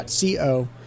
co